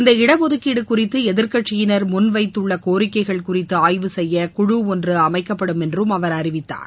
இந்த இடஒதுக்கீடு குறித்து எதிர்கட்சியினர் முன்வைத்துள்ள கோரிக்கைகள் குறித்து ஆய்வு செய்ய குழு ஒன்று அமைக்கப்படும் என்றும் அவர் அறிவித்தார்